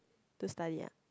to study ah